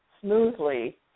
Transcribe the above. smoothly